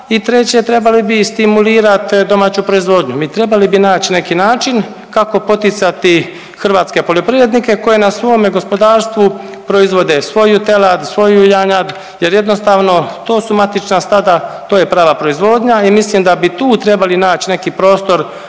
treće trebali bi i stimulirat domaću proizvodnju. Mi trebali bi nać neki način kako poticati hrvatske poljoprivrednike koji na svome gospodarstvu proizvode svoju telad, svoju janjad jer jednostavno to su matična stada, to je prava proizvodnja i mislim da bi tu trebali nać neki prostor